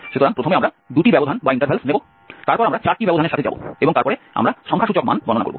সুতরাং প্রথমে আমরা 2টি ব্যবধান নেব তারপর আমরা 4টি ব্যবধানের সাথে যাব এবং তারপরে আমরা সংখ্যাসূচক মান গণনা করব